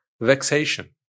vexation